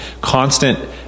Constant